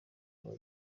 aba